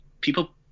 people